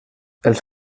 els